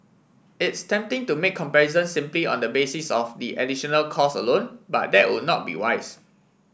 it's tempting to make comparisons simply on the basis of the additional cost alone but that would not be wise